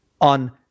on